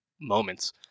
moments